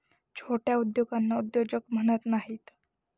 छोट्या उद्योगांना उद्योजक म्हणत नाहीत